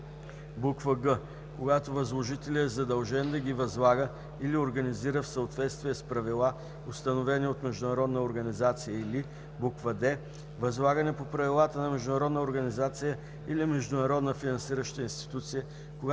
или г) когато възложителят е задължен да ги възлага или организира в съответствие с правила, установени от международна организация, или д) възлагани по правилата на международна организация или международна финансираща институция,